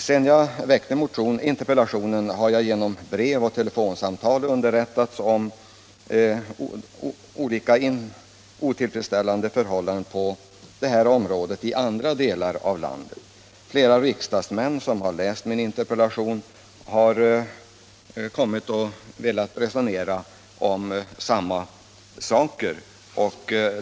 Sedan jag väckte interpellationen har jag genom brev och telefonsamtal underrättats om otillfredsställande förhållanden på det här området i andra delar av landet. Flera riksdagsmän som har läst min interpellation har kommit till mig och resonerat om samma saker.